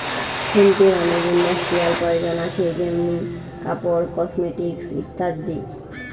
হেম্পের অনেক ইন্ডাস্ট্রিয়াল প্রয়োজন আছে যেমনি কাপড়, কসমেটিকস ইত্যাদি